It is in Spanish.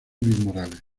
morales